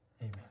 amen